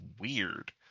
weird